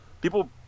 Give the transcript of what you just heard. People